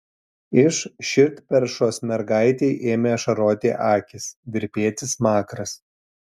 iš širdperšos mergaitei ėmė ašaroti akys virpėti smakras